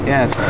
Yes